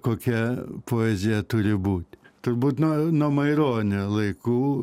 kokia poezija turi būt turbūt nuo nuo maironio laikų